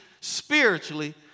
spiritually